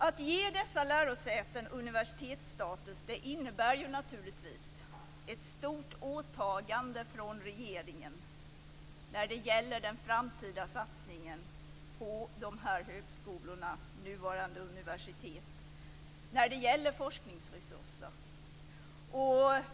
Att ge dessa lärosäten universitetsstatus innebär naturligtvis ett stort åtagande från regeringen i fråga om den framtida satsningen på dessa högskolor, nuvarande universitet, när det gäller forskningsresurser.